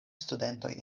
studentoj